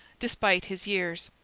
despite his years.